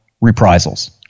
reprisals